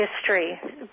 history